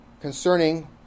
concerning